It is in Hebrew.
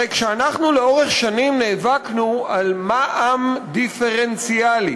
הרי כשאנחנו לאורך שנים נאבקנו על מע"מ דיפרנציאלי,